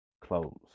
close